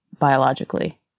biologically